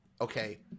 Okay